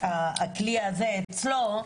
הכלי הזה אצלו,